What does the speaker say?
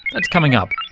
that's coming up.